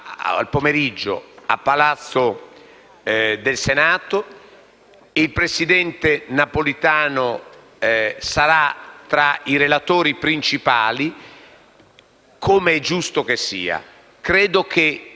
il presidente Napolitano sarà tra i relatori principali, come è giusto che sia. Credo che il Parlamento italiano debba un omaggio particolare a Helmut Kohl